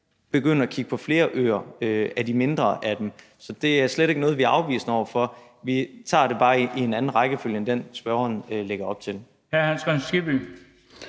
begynde at kigge på flere af de mindre øer. Så det er slet ikke noget, vi er afvisende over for. Vi tager det bare i en anden rækkefølge end den, spørgeren lægger op til. Kl. 15:46 Den fg.